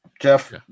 Jeff